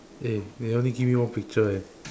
eh they only give me one picture eh